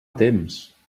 temps